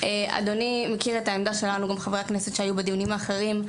אדוני מכיר את העמדה שלנו ושל חברי כנסת שהיו בדיונים האחרים,